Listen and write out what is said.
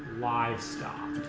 livestock